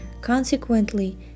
Consequently